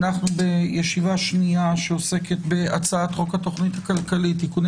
אנחנו בישיבה שנייה שעוסקת בהצעת חוק התכנית הכלכלית (תיקוני